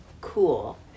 cool